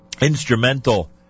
instrumental